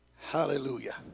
hallelujah